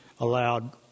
allowed